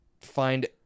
find